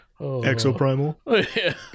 Exoprimal